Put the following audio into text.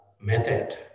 method